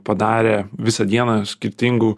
padarė visą dieną skirtingų